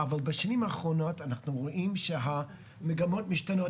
אבל בשנים האחרונות אנחנו רואים במגמות משתנות,